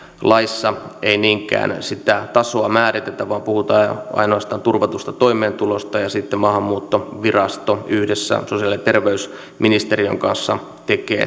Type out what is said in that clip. laissa ei niinkään sitä tasoa määritetä vaan puhutaan ainoastaan turvatusta toimeentulosta ja sitten maahanmuuttovirasto yhdessä sosiaali ja terveysministeriön kanssa tekee